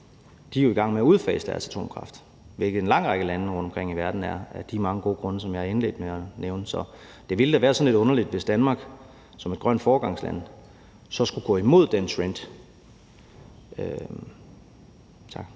de er jo i gang med at udfase deres atomkraft, hvilket en lang række lande rundtomkring i verden er af de mange gode grunde, som jeg indledte med at nævne. Så det ville da være sådan lidt underligt, hvis Danmark som et grønt foregangsland skulle gå imod den trend. Tak.